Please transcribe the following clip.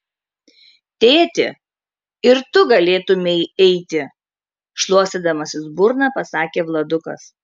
tėti ir tu galėtumei eiti šluostydamasis burną pasakė vladukas